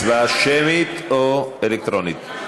הצבעה שמית או אלקטרונית?